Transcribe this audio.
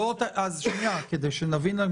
שנייה, כדי שנבין.